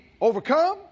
overcome